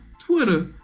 Twitter